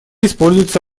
используется